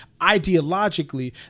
Ideologically